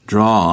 Draw